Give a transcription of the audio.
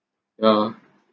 yeah